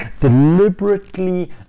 deliberately